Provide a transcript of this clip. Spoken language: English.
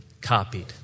copied